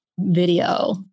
Video